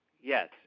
Yes